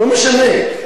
לא משנה,